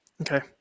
Okay